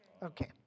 Okay